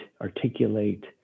articulate